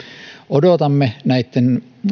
odotamme näitten